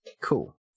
Cool